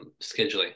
scheduling